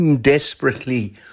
desperately